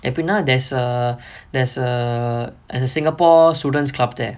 எப்டின்னா:epdinnaa there's a there's a there's a singapore students club there